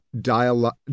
dialogue